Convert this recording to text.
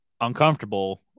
uncomfortable